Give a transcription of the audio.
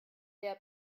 der